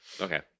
Okay